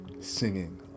singing